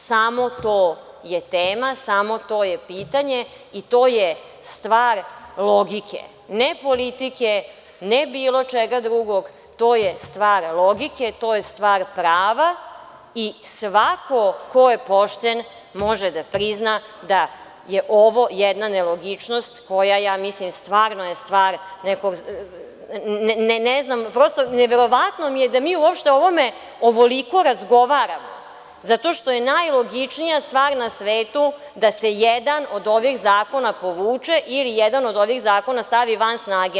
Samo to je tema, samo to je pitanje i to je stvar logike, ne politike, ne bilo čega drugog, to je stvar logike, to je stvar prava i svako ko je pošten može da prizna da je ovo jedna nelogičnost, koja mislim da je stvarno stvar, prosto, ne znam, neverovatno mi je da mi uopšte o ovome ovoliko razgovaramo, zato što je najlogičnija stvar na svetu da se jedan od ovih zakona povuče ili jedan od ovih zakona stavi van snage.